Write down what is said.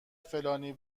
فلانی